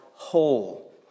whole